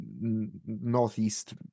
northeast